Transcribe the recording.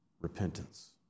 repentance